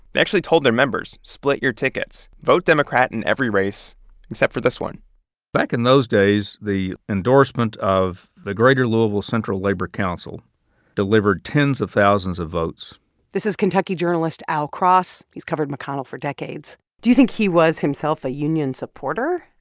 they actually told their members, split your tickets. vote democrat in every race except for this one back in those days, the endorsement of the greater louisville central labor council delivered tens of thousands of votes this is kentucky journalist al cross. he's covered mcconnell for decades do you think he was himself a union supporter?